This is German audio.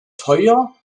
teuer